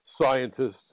scientists